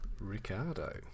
Ricardo